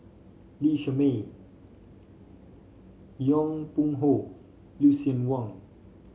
Lee Shermay Yong Pung How Lucien Wang